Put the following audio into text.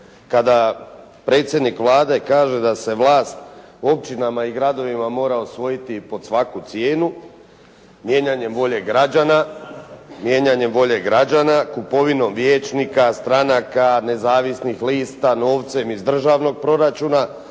kada predsjednik Vlade kaže da se vlasat općinama i gradovima mora osvojiti pod svaku cijenu mijenjanjem volje građana, mijenjanjem volje građana, kupovinom vijećnika, stranaka, nezavisnih lista, novcem iz državnog proračuna,